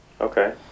okay